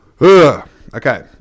okay